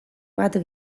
bat